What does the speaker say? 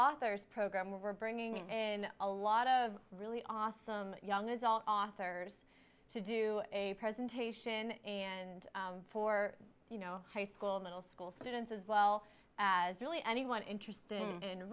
authors program we're bringing in a lot of really awesome young adult authors to do a presentation and for you know high school middle school students as well as really anyone interest